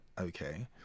okay